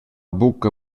buca